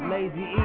Lazy